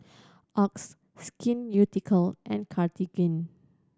Oxy Skin Ceuticals and Cartigain